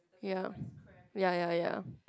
ya ya ya ya